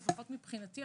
שלפחות מבחינתי,